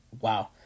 wow